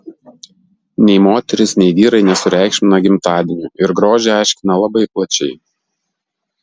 nei moterys nei vyrai nesureikšmina gimtadienių ir grožį aiškina labai plačiai